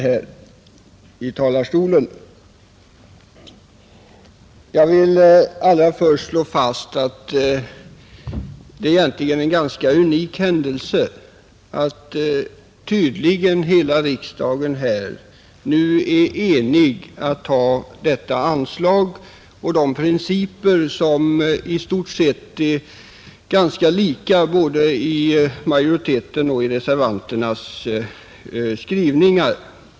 Allra först vill jag fastslå att det är en ganska unik händelse att hela riksdagen tydligen är enig om att bevilja ett anslag till de fria kristna samfunden och om principerna för detsamma, vilka är ganska lika i såväl utskottsmajoritetens som reservanternas skrivning.